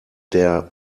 der